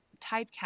typecast